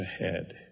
ahead